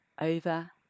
over